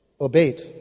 Obeyed